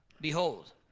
behold